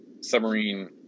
submarine